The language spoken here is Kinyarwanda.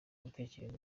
gutekereza